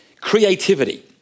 creativity